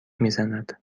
میزند